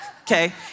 Okay